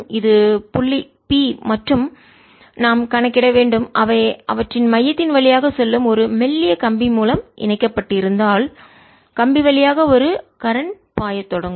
இது புள்ளி P மற்றும் நாம் கணக்கிட வேண்டும் அவை அவற்றின் மையத்தின் வழியாக செல்லும் ஒரு மெல்லிய கம்பி மூலம் இணைக்கப்பட்டிருந்தால் கம்பி வழியாக ஒரு கரண்ட் பாய பாயும் தொடங்கும்